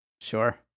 Sure